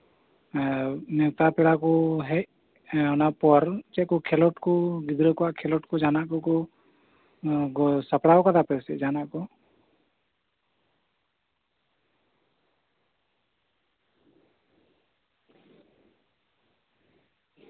ᱦᱮᱸ ᱱᱮᱣᱛᱟ ᱯᱮᱲᱟ ᱠᱚ ᱦᱮᱡ ᱚᱱᱟᱯᱚᱨ ᱪᱮᱫ ᱠᱚ ᱠᱷᱮᱸᱞᱳᱰ ᱠᱚ ᱜᱤᱫᱽᱨᱟᱹᱣᱟᱜ ᱠᱷᱮᱞᱳᱸᱰ ᱠᱚ ᱡᱟᱦᱟᱸᱱᱟᱜ ᱠᱷᱮᱞᱳᱸᱰ ᱠᱚ ᱡᱟᱦᱟᱸᱱᱟᱜ ᱠᱚᱯᱮ ᱥᱟᱯᱲᱟᱣ ᱠᱟᱜᱼᱟ ᱥ ᱡᱟᱦᱟᱸᱱᱟᱜ ᱠᱚ